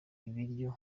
ibiryo